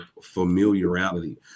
familiarity